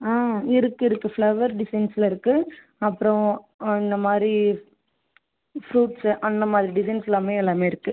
ஆ இருக்குது இருக்குது ஃப்ளவர் டிஸைன்ஸில் இருக்குது அப்றம் இந்த மாதிரி ஃப்ரூட்ஸு அந்த மாதிரி டிஸைன்ஸுலாமே எல்லாமே இருக்குது